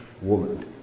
woman